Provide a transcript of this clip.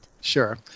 Sure